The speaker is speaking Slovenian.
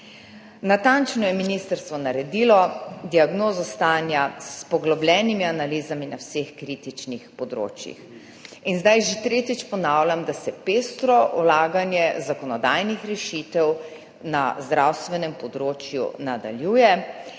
Natančno je ministrstvo naredilo diagnozo stanja s poglobljenimi analizami na vseh kritičnih področjih. Zdaj že tretjič ponavljam, da se pestro vlaganje zakonodajnih rešitev na zdravstvenem področju nadaljuje,